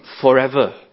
forever